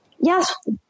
Yes